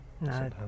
No